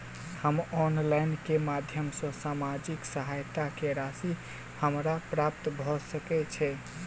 हम ऑनलाइन केँ माध्यम सँ सामाजिक सहायता केँ राशि हमरा प्राप्त भऽ सकै छै?